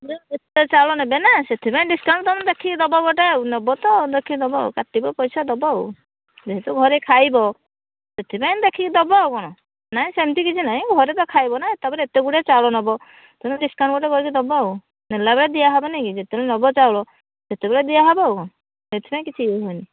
ଏତେ ଚାଉଳ ନେବେ ନା ସେଥିପାଇଁ ଡିସ୍କାଉଣ୍ଟ୍ ତମକୁ ଦେଖିକି ଦେବ ଗୋଟେ ଆଉ ନେବେ ତ ଦେଖିକି ଦେବ ଆଉ କାଟିବ ପଇସା ଦେବ ଆଉ ଯେହେତୁ ଘରେ ଖାଇବ ସେଥିପାଇଁ ଦେଖିକି ଦବ ଆଉ କ'ଣ ନାଇଁ ସେମିତି କିଛି ନାହିଁ ଘରେ ତ ଖାଇବ ନା ତାପରେ ବି ଏତେ ଗୁଡ଼େ ଚାଉଳ ନବ ତେଣୁ ଡିସ୍କାଉଣ୍ଟ୍ କରି ଦେଖିକି ଦେବ ଆଉ ନେଲାବେଳେ ଦିଆହେବନି କି ଯେତେବେଳେ ନେବ ଚାଉଳ ସେତେବେଳେ ଦିଆହେବ ଆଉ କ'ଣ ସେଥିପାଇଁ କିଛି ଇଏ ନାହିଁ